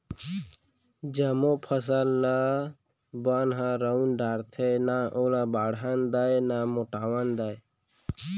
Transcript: जमो फसल ल बन ह रउंद डारथे, न ओला बाढ़न दय न मोटावन दय